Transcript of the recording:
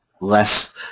less